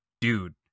dude